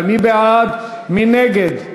מי בעד, מי נגד?